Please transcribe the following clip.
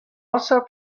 also